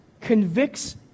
convicts